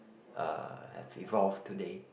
uh have evolved today